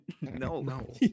no